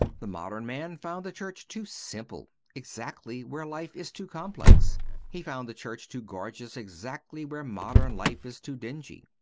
the modern man found the church too simple exactly where life is too complex he found the church too gorgeous exactly where modern life is too dingy.